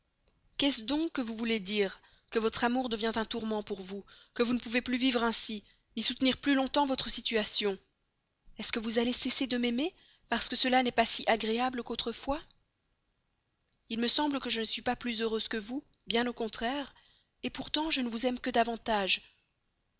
qu'est-ce donc que vous voulez dire que votre amour devient un tourment pour vous que vous ne pouvez plus vivre ainsi ni soutenir plus longtemps votre situation est-ce que vous allez cesser de m'aimer parce que ça n'est plus si agréable qu'autrefois il me semble que je ne suis pas plus heureuse que vous bien au contraire pourtant je ne vous en aime que davantage